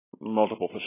multiple